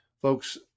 Folks